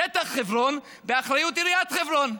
שטח חברון הוא באחריות עיריית חברון.